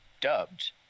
dubbed